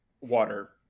water